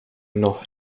nog